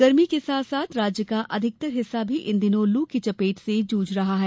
गर्मी के साथ साथ राज्य का अधिकतर हिस्सा भी इन दिनों लू की चपेट से जूझ रहा है